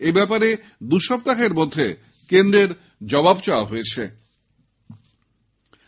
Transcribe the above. এ ব্যাপারে দু সপ্তাহের মধ্যে কেন্দ্রের জবাব চাওয়া হয়েছে